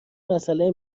مساله